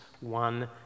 one